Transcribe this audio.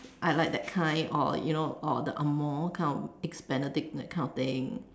I like that kind or you know or the Ang-Moh kind of eggs benedict that kind of thing